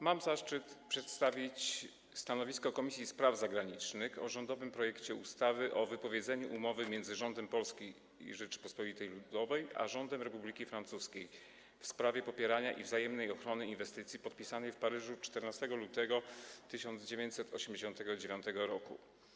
Mam zaszczyt przedstawić stanowisko Komisji Spraw Zagranicznych o rządowym projekcie ustawy o wypowiedzeniu Umowy między Rządem Polskiej Rzeczypospolitej Ludowej a Rządem Republiki Francuskiej w sprawie popierania i wzajemnej ochrony inwestycji, podpisanej w Paryżu dnia 14 lutego 1989 r.